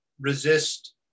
resist